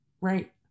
right